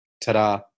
Ta-da